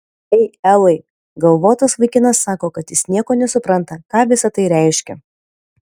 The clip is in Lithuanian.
ei elai galvotas vaikinas sako kad jis nieko nesupranta ką visa tai reiškia